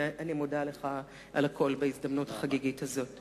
ואני מודה לך על הכול בהזדמנות החגיגית הזאת.